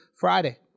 Friday